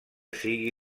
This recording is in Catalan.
sigui